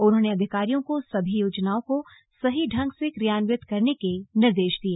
उन्होंने अधिकारियों को सभी योजनाओं को सही ढंग से क्रियान्वित करने के निर्देश दिए